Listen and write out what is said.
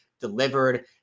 delivered